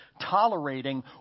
tolerating